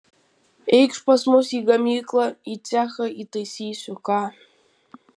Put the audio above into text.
eikš pas mus į gamyklą į cechą įtaisysiu ką